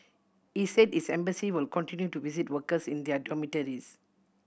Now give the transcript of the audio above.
he said his embassy will continue to visit workers in their dormitories